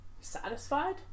Satisfied